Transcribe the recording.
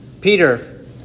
Peter